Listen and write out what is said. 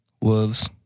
Wolves